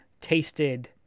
tasted